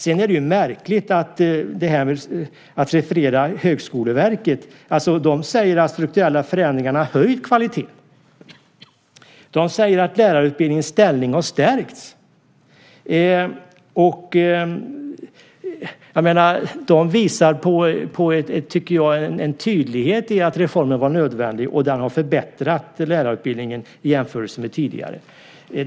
Det är ett märkligt sätt att referera Högskoleverket, som säger att de här förändringarna har höjt kvaliteten. De säger att lärarutbildningens ställning har stärkts. De visar med tydlighet att reformen var nödvändig. Den har förbättrat lärarutbildningen i jämförelse med tidigare.